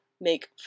make